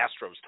Astros